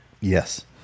Yes